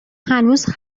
هنوز